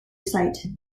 sight